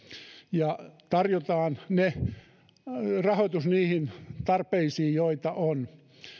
ja tarjotaan rahoitus niihin tarpeisiin joita on